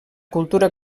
cultura